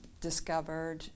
discovered